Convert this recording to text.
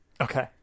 Okay